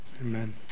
Amen